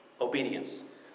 obedience